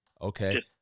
Okay